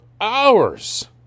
hours